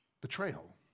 betrayal